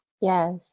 yes